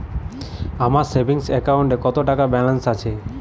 আমার সেভিংস অ্যাকাউন্টে কত টাকা ব্যালেন্স আছে?